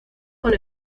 con